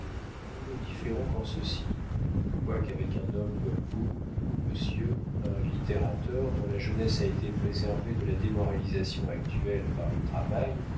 nous ne différons qu'en ceci quoiqu'avec un homme comme vous monsieur un littérateur dont la jeunesse a été préservée de la démoralisation actuelle par le travail